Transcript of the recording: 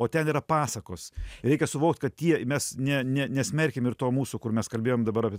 o ten yra pasakos reikia suvokt kad tie mes ne ne nesmerkim ir to mūsų kur mes kalbėjom dabar